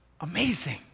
Amazing